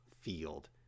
field